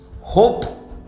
hope